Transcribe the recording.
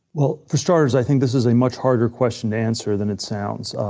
well, for starters, i think this is a much harder question to answer than it sounds.